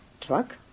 truck